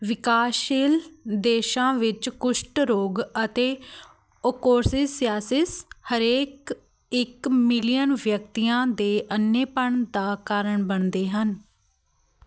ਵਿਕਾਸਸ਼ੀਲ ਦੇਸ਼ਾਂ ਵਿੱਚ ਕੁਸ਼ਟ ਰੋਗ ਅਤੇ ਓਕੋਰਸਿਸਆਸਿਸ ਹਰੇਕ ਇੱਕ ਮਿਲੀਅਨ ਵਿਅਕਤੀਆਂ ਦੇ ਅੰਨ੍ਹੇਪਣ ਦਾ ਕਾਰਨ ਬਣਦੇ ਹਨ